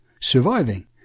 surviving